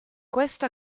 questa